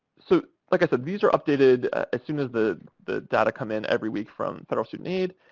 so, like i said, these are updated as soon as the the data come in every week from federal student aid.